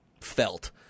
felt